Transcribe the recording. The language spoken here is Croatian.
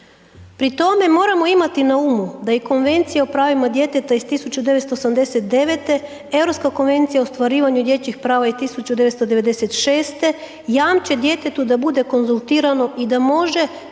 Pri tome moramo imati na umu da i Konvencija o pravima djeteta iz 1989. Europska konvencija o ostvarivanju dječjih prava iz 1996. jamče djetetu da bude konzultirano i da može i